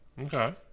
Okay